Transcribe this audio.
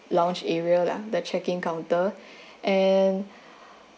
lounge area lah the checking counter and